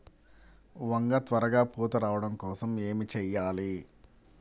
వంగ త్వరగా పూత రావడం కోసం ఏమి చెయ్యాలి?